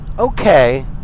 Okay